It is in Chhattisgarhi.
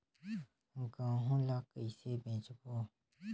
गहूं ला कइसे बेचबो?